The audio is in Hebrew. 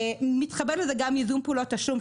לזה מתחבר ייזום פעולות תשלום,